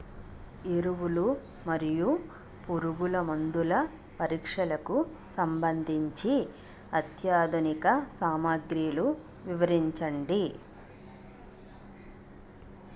ఎరువులు మరియు పురుగుమందుల పరీక్షకు సంబంధించి అత్యాధునిక సామగ్రిలు వివరించండి?